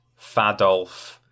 fadolf